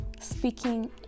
speaking